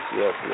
yes